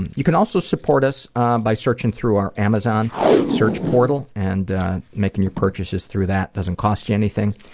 and you can also support us by searching through our amazon search portal and making your purchases through that. doesn't cost you anything.